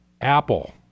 Apple